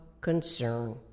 concern